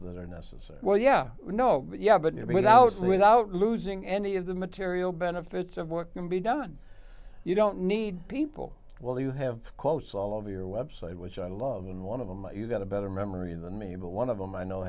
that are necessary well yeah no but yeah but you know without without losing any of the material benefits of what can be done you don't need people well you have to close all of your website which i love and one of them you got a better memory than me but one of them i know